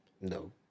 No